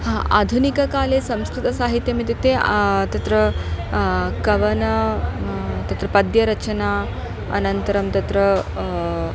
आधुनिककाले संस्कृतसाहित्यम् इत्युक्ते तत्र कवन तत्र पद्यरचना अनन्तरं तत्र